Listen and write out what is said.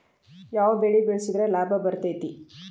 ಯಾವ ಬೆಳಿ ಬೆಳ್ಸಿದ್ರ ಲಾಭ ಬರತೇತಿ?